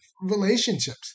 relationships